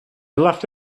left